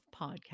Podcast